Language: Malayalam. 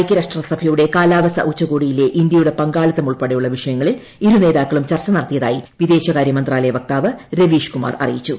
ഐക്യരാഷ്ട്രസഭയുടെ കാലാവസ്ഥ ഉച്ചകോടിയിലെ ഇന്ത്യയുടെ പങ്കാളിത്തം ഉൾപ്പെടെയുള്ള വിഷയങ്ങളിൽ ഇരുനേതാക്കളും ചർച്ച നടത്തിയതായി വിദേശകാരൃമന്ത്രാലയ വക്താവ് രവീഷ് കുമാർ അറിയിച്ചു